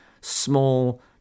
small